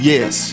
Yes